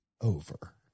over